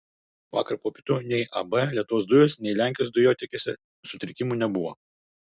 vakar po pietų nei ab lietuvos dujos nei lenkijos dujotiekiuose sutrikimų nebuvo